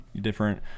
different